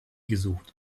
gesucht